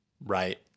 right